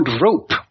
rope